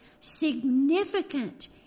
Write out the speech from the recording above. significant